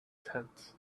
tent